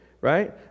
right